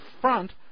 front